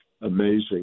amazing